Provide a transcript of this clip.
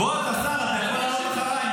בוא, אתה שר, אתה יכול לעלות אחריי.